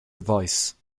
advice